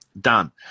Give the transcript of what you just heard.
Done